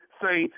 say